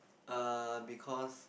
err because